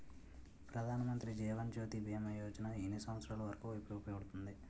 ప్రధాన్ మంత్రి జీవన్ జ్యోతి భీమా యోజన ఎన్ని సంవత్సారాలు వరకు ఉపయోగపడుతుంది?